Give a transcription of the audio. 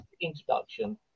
introduction